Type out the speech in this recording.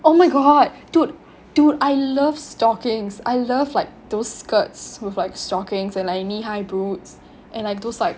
oh my god dude dude I love stockings I love like those skirts with like stockings and like knee high boots and those like